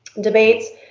debates